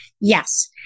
Yes